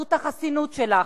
בחסות החסינות שלך.